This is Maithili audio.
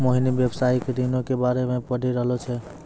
मोहिनी व्यवसायिक ऋणो के बारे मे पढ़ि रहलो छै